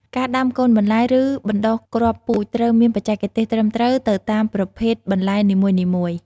ការដាំកូនបន្លែ ឬបណ្តុះគ្រាប់ពូជត្រូវមានបច្ចេកទេសត្រឹមត្រូវទៅតាមប្រភេទបន្លែនីមួយៗ។